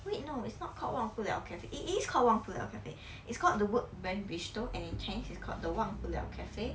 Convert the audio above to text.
wait no it's not called 忘不了 cafe it is called 忘不了 cafe it's called the work bench bistro and in chinese it's called the 忘不了 cafe